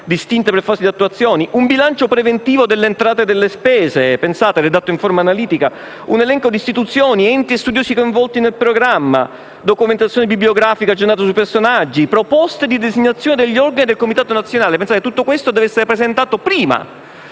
distinte per fasi di attuazione; un bilancio preventivo delle entrate e delle uscite, redatto in forma analitica; un elenco di istituzioni, enti e studiosi coinvolti nel programma; una documentazione bibliografica aggiornata sui personaggi; proposte di designazione degli organi del comitato nazionale. Tutto questo deve essere presentato prima